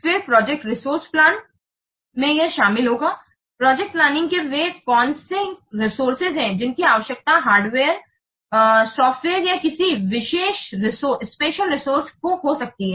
फिर project resource plan में यह शामिल होगा प्रोजेक्ट प्लानिंग के वे कौन से रिसोर्स हैं जिनकी आवश्यकता हार्डवेयर लोगों सॉफ्टवेयर और किसी विशेष रिसोर्स को हो सकती है